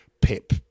Pip